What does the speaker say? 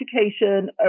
education